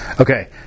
Okay